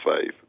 faith